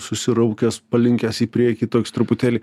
susiraukęs palinkęs į priekį toks truputėlį